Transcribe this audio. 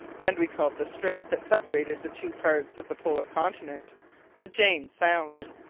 and we called the strait that separated the two parts of the polar continent the jane sound.